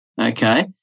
Okay